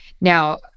Now